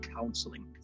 counseling